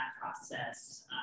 process